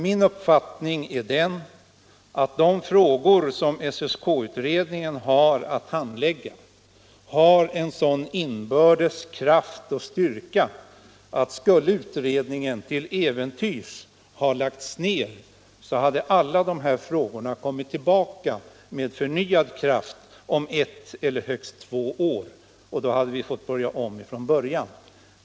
Min uppfattning är den, att de frågor som SSK utredningen har att handlägga har sådan inbördes kraft och styrka att om utredningen till äventyrs skulle ha lagts ner skulle alla de här frågorna kommit tillbaka med förnyad kraft om ett eller högst två år och att vi då hade fått börja om ifrån början.